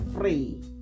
free